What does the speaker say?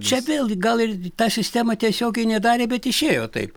čia vėl gal ir ta sistema tiesiogiai nedarė bet išėjo taip